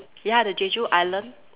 ya the Jeju island